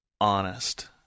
honest